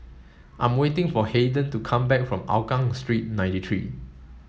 I am waiting for Haiden to come back from Hougang Street ninety three